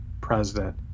president